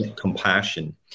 compassion